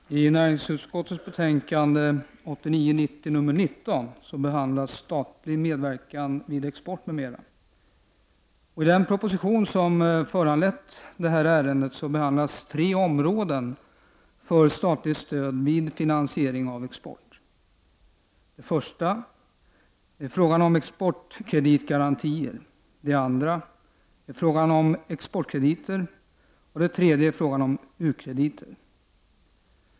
Fru talman! I näringsutskottets betänkande 1989/90:NU19 behandlas statlig medverkan vid finansiering avexport m.m. I den proposition som föranlett detta ärende behandlas tre områden för statligt stöd vid finansiering av export. Det första området är exportkreditgarantier, det andra är exportkrediter och det tredje är u-krediter.